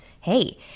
Hey